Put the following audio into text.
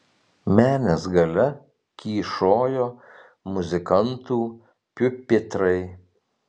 menės gale kyšojo muzikantų piupitrai